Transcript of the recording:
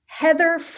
Heather